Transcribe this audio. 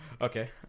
Okay